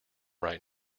right